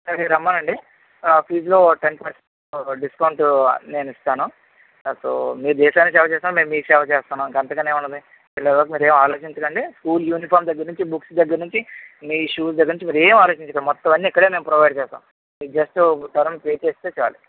ఒకే రమ్మనండి ఫీస్ లో ten percent discount నేనిస్తాను సో మీరు దేశానికీ సేవ చేస్తున్నారు మేము మీకు సేవ చేస్తున్నం ఇక అంతకన్నా ఏమున్నది మీరు ఈలోపు ఏమి ఆలోచించకండి స్కూల్ యూనిఫామ్ దగ్గర నుంచి బుక్స్ దగ్గర నుంచి మీ షూస్ దగ్గర నుంచి మీరేం ఆలోచించకండి మొత్తం అని ఇక్కడే మేమ్ ప్రొవైడ్ చేస్తాం జెస్టు ఒక టర్మ్ పే చేస్తే చాలు